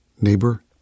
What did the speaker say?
neighbor